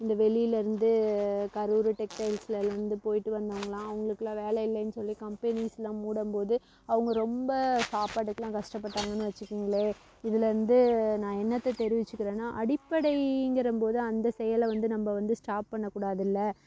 இந்த வெளிலிருந்து கரூர் டெக்டைல்ஸ்லெலாம் வந்து போய்விட்டு வந்தாங்களாம் அவர்களுக்குலாம் வேலை இல்லைன்னு சொல்லி கம்பெனீஸெலாம் மூடும் போது அவங்க ரொம்ப சாப்பாட்டுக்கெலாம் கஷ்டப்பட்டாங்கன்னு வைச்சுக்குங்களேன் இதிலேருந்து நான் என்னத்தை தெரிவிச்சுக்கிறேனா அடிப்படையிங்கிறம்போது அந்த செயலை வந்து நம்ம வந்து ஸ்டாப் பண்ணக் கூடாது இல்லை